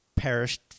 perished